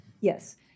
yes